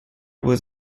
was